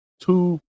two